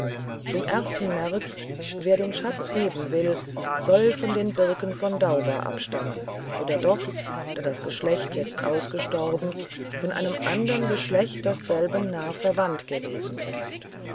zum ersten merk wer den schatz heben will soll von den birken von dauba abstammen oder doch da das geschlecht jetzt ausgestorben von einem andern geschlecht das selben nah verwandt gewesen ist